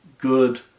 good